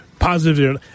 Positive